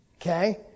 Okay